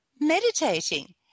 meditating